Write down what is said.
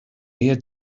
near